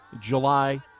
July